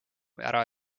ära